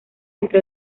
entre